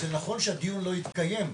זה נכון שהדיון לא התקיים,